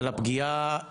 על הפגיעה ברכוש,